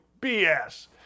BS